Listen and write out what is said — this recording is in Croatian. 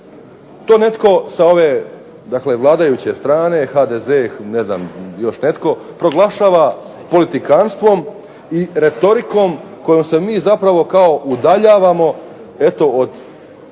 To netko sa ove, dakle vladajuće strane HDZ, ne znam još netko proglašava politikanstvom i retorikom kojom se mi zapravo kao udaljavamo eto od